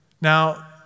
Now